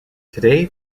today